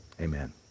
amen